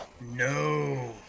No